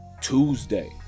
Tuesday